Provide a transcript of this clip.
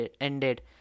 ended